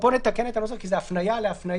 נתקן פה את הנוסח כי זה הפניה להפניה,